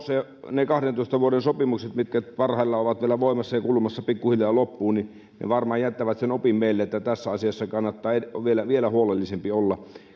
ne kahdentoista vuoden sopimukset mitkä parhaillaan ovat vielä voimassa ja kulumassa pikkuhiljaa loppuun varmaan jättävät sen opin meille että tässä asiassa kannattaa vielä vielä huolellisempi olla